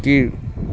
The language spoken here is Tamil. கீழ்